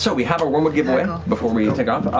so we have our wyrmwood giveaway before we take off.